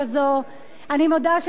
אני מודה שלא התפלאתי.